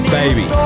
baby